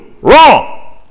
Wrong